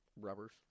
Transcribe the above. Rubbers